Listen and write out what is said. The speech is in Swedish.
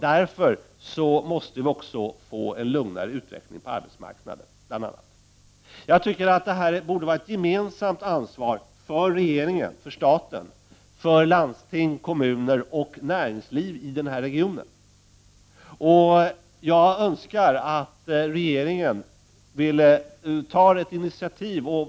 Därför måste vi också få en lugnare utveckling på arbetsmarknaden. Detta borde utgöra ett gemensamt ansvar för regeringen och staten, för landsting, kommuner och näringsliv i denna region. Jag önskar att regeringen ville ta något initiativ.